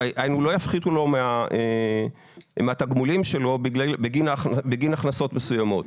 לא יפחיתו לו מהתגמולים שלו בגין הכנסות מסוימות.